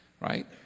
right